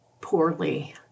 poorly